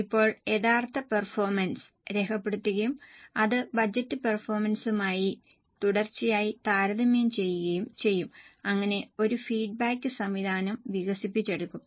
ഇപ്പോൾ യഥാർത്ഥ പെർഫോമൻസ് രേഖപ്പെടുത്തുകയും അത് ബജറ്റ് പെർഫോമൻസുമായി തുടർച്ചയായി താരതമ്യം ചെയ്യുകയും ചെയ്യും അങ്ങനെ ഒരു ഫീഡ്ബാക്ക് സംവിധാനം വികസിപ്പിച്ചെടുക്കും